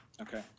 Okay